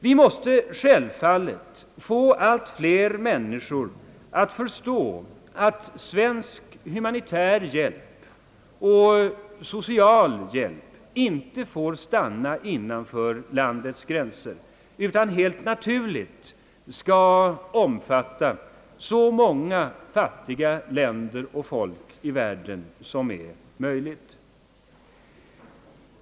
Vi måste självfallet få allt fler människor att förstå att svensk humanitär hjälp och social hjälp inte får stanna innanför landets gränser utan helt naturligt omfatta så många fattiga länder och folk i världen som möjligt.